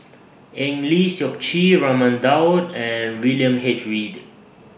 Eng Lee Seok Chee Raman Daud and William H Read